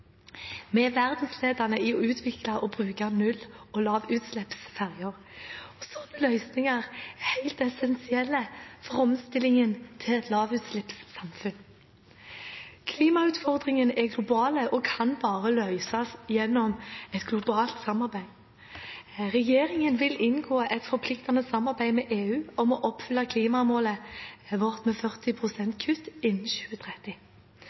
i å utvikle og bruke null- og lavutslippsferger. Slike løsninger er helt essensielle for omstillingen til et lavutslippssamfunn. Klimautfordringen er global og kan bare løses gjennom et globalt samarbeid. Regjeringen vil inngå et forpliktende samarbeid med EU om å oppfylle klimamålet vårt med 40 pst. kutt innen 2030.